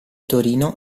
torino